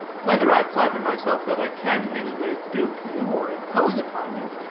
whether i flatter myself that i can in any way dupe you, or impose upon you,